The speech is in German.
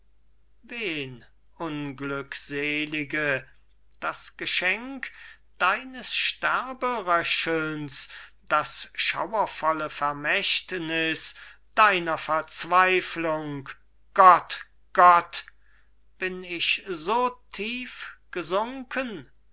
unglückselige das geschenk deines sterberöchelns das schauervolle vermächtniß deiner verzweiflung gott gott bin ich so tief gesunken so